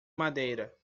madeira